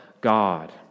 God